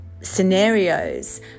scenarios